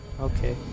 Okay